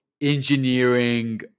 engineering